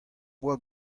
boa